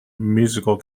musical